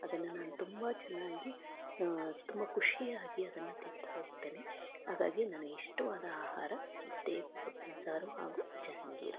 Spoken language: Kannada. ಅದನ್ನು ನಾನು ತುಂಬ ಚೆನ್ನಾಗಿ ತುಂಬ ಖುಷಿಯಾಗಿ ಅದನ್ನು ತಿನ್ನುತ್ತಾ ಹೋಗ್ತೀನಿ ಹಾಗಾಗಿ ನನಗೆ ಇಷ್ಟವಾದ ಆಹಾರ ಮುದ್ದೆ ಸೊಪ್ಪಿನ ಸಾರು ಹಾಗೂ ಜಹಾಂಗೀರ್